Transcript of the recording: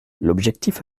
l’objectif